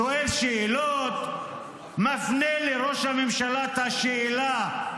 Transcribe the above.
שואל שאלות, מפנה לראש הממשלה את השאלה: